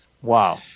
wow